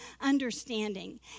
understanding